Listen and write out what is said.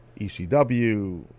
ECW